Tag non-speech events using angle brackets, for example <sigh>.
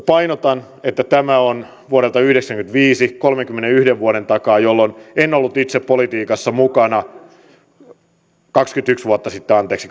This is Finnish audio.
<unintelligible> painotan että tämä on vuodelta yhdeksänkymmentäviisi eli kolmenkymmenenyhden vuoden takaa jolloin en ollut itse politiikassa mukana kaksikymmentäyksi vuotta sitten anteeksi <unintelligible>